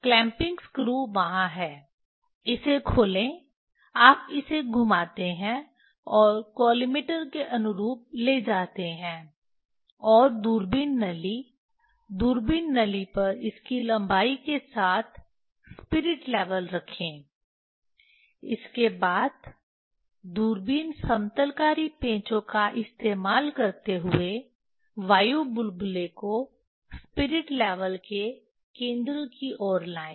clamping screw वहां हैं इसे खोलें आप इसे घुमाते हैं और कॉलिमेटर के अनुरूप ले जाते हैं और दूरबीन नली दूरबीन नली पर इसकी लंबाई के साथ स्पिरिट लेवल रखें इसके बाद दूरबीन समतलकारी पेंचो का इस्तेमाल करते हुए वायु बुलबुले को स्पिरिट लेवल के केंद्र की ओर लाएं